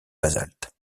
basalte